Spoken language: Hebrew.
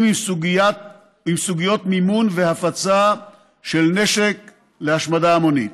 עם סוגיות מימון והפצה של נשק להשמדה המונית.